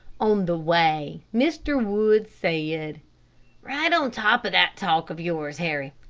on the way, mr. wood said, right on top of that talk of yours, harry,